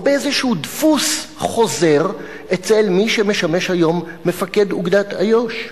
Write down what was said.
או באיזה דפוס חוזר אצל מי שמשמש היום מפקד אוגדת איו"ש.